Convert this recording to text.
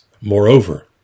Moreover